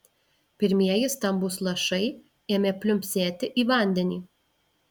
pirmieji stambūs lašai ėmė pliumpsėti į vandenį